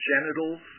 genitals